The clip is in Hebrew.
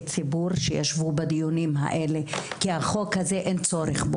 ציבור שישבו בדיונים האלה כי בחוק הזה אין צורך.